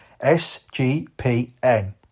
SGPN